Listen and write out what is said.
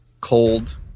Cold